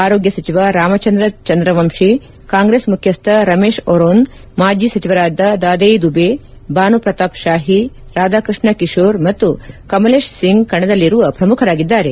ಆರೋಗ್ಯ ಸಚಿವ ರಾಮಚಂದ್ರ ಚಂದ್ರ ವಂಶಿ ಕಾಂಗ್ರೆಸ್ ಮುಖ್ಯಸ್ವ ರಮೇಶ್ ಒರೋನ್ ಮಾಜಿ ಸಚಿವರಾದ ದಾದ್ಬೆ ದುಬೆ ಭಾನುಪ್ರತಾಪ್ ಶಾಹಿ ರಾಧಾಕೃಷ್ಣ ಕಿಶೋರ್ ಮತ್ತು ಕಮಲೇಶ್ ಸಿಂಗ್ ಕಣದಲ್ಲಿರುವ ಪ್ರಮುಖರಾಗಿದ್ದಾರೆ